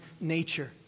nature